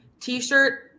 T-shirt